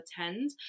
attend